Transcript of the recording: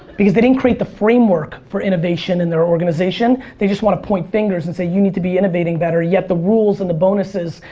because they didn't create the framework for innovation in their organization. they just want to point fingers and say you need to be innovating better. yet the rules and the bonuses,